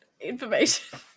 information